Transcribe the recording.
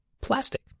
plastic